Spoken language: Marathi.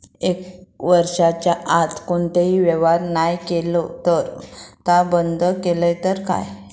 एक वर्षाच्या आत कोणतोही व्यवहार नाय केलो तर ता बंद करतले काय?